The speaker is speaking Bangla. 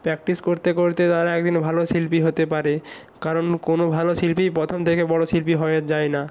প্র্যাকটিস করতে করতে তারা এক দিন ভালো শিল্পী হতে পারে কারণ কোনো ভালো শিল্পীই প্রথম থেকে বড়ো শিল্পী হয়ে যায় না